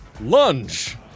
lunge